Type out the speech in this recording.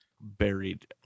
buried